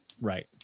right